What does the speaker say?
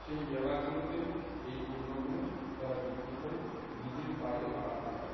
সেই মেলাগুলোতে এই পণ্যগুলো তারা বিক্রি করে নিজের পায়ে দাঁড়াতে পারে